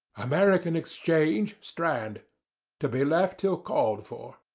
american exchange, strand to be left till called for.